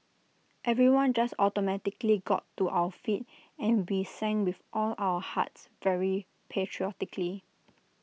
everyone just automatically got to our feet and we sang with all of our hearts very patriotically